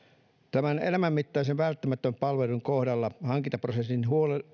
tämän elämänmittaisen välttämättömän palvelun kohdalla hankintaprosessin